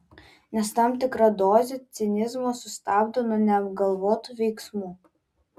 nes tam tikra dozė cinizmo sustabdo nuo neapgalvotų veiksmų